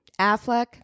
Affleck